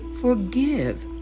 forgive